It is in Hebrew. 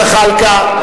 חבר הכנסת זחאלקה,